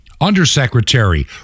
undersecretary